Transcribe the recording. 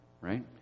right